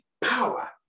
power